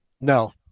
No